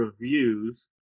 reviews